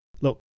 look